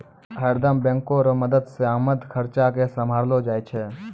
हरदम बैंक रो मदद से आमद खर्चा के सम्हारलो जाय छै